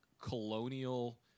colonial